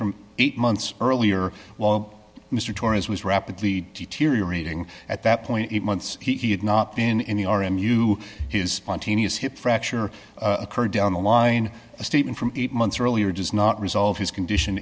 from eight months earlier while mr torres was rapidly deteriorating at that point eight months he had not been in the r m you his spontaneous hip fracture occurred down the line a statement from eight months earlier does not resolve his condition